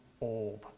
old